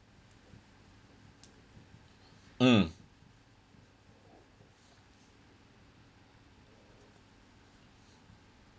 mm